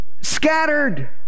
scattered